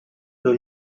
non